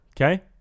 okay